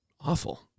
awful